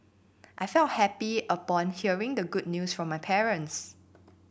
I felt happy upon hearing the good news from my parents